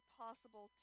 possible